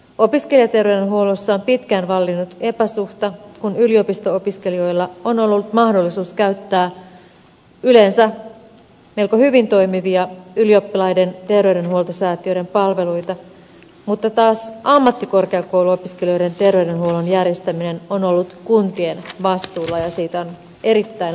opiskelijaterveydenhuollossa on pitkään vallinnut epäsuhta kun yliopisto opiskelijoilla on ollut mahdollisuus käyttää yleensä melko hyvin toimivia ylioppilaiden terveydenhuoltosäätiön palveluita mutta taas ammattikorkeakouluopiskelijoiden terveydenhuollon järjestäminen on ollut kuntien vastuulla ja siitä on erittäin vaihtelevasti huolehdittu